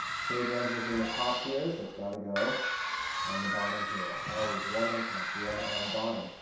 kilograms is in the top here, so it's got to go on the bottom here. always, one on top, one on bottom.